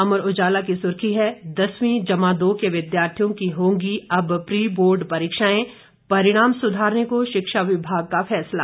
अमर उजाला की सुर्खी है दसवीं जमा दो के विद्यार्थियों की होंगी अब प्री बोर्ड परीक्षाएं परिणाम सुधारने को शिक्षा विभाग का फैसला